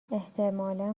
احتمالا